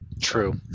True